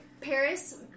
Paris